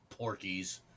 Porkies